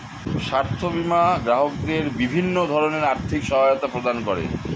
স্বাস্থ্য বীমা গ্রাহকদের বিভিন্ন ধরনের আর্থিক সহায়তা প্রদান করে